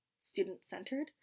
student-centered